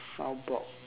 soundbox